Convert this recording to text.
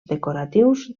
decoratius